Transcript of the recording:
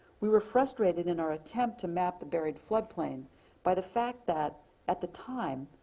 we were frustrated in our attempt to map the buried flood plain by the fact that at the time,